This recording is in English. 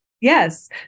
Yes